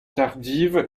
tardive